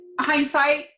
hindsight